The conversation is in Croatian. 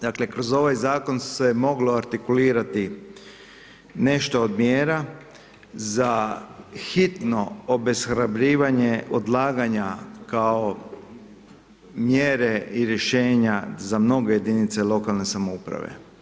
Dakle kroz ovaj zakon se moglo artikulirati nešto od mjera za hitno obeshrabljivanje odlaganja kao mjere i rješenja za mnoge jedinice lokalne samouprave.